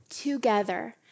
together